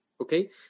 okay